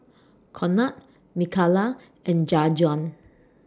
Conard Micaela and Jajuan